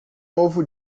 novo